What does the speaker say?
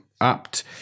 apt